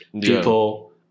people